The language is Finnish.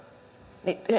niin herää kysymys